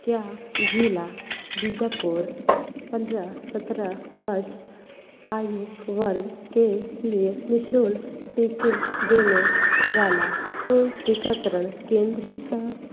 क्या ज़िला बीजापुर पंद्रह सत्रह वर्ष आयु वर्ग के लिए निःशुल्क टीके देने वाला कोई टीकाकरण केंद्र है